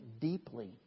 deeply